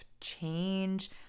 change